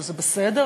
שזה בסדר,